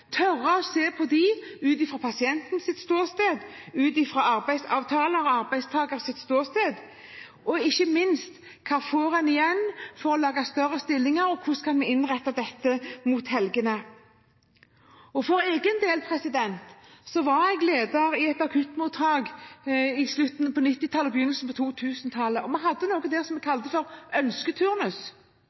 ikke minst: Hva får en igjen for å lage større stillinger, og hvordan kan vi innrette dette mot helgene? For egen del var jeg leder ved et akuttmottak på slutten av 1990-tallet og begynnelsen av 2000-tallet. Vi hadde noe der som vi kalte for ønsketurnus